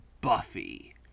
Buffy